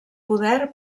poder